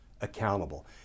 accountable